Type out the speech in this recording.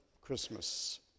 Christmas